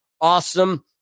awesome